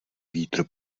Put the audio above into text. vítr